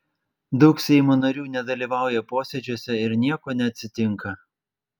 daug seimo narių nedalyvauja posėdžiuose ir nieko neatsitinka